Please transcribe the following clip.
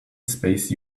space